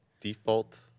default